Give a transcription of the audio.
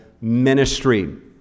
ministry